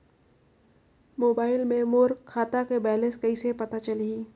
Mobile मे मोर खाता के बैलेंस कइसे पता चलही?